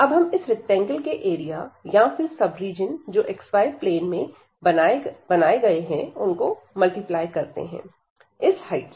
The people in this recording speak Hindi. अब हम इस रेक्टेंगल के एरिया या फिर सब रीजन जो xy plane में बनाए हैं उनको मल्टिप्लाई करते हैं इस हाइट से